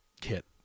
kit